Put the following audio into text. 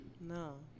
No